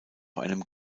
einem